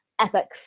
ethics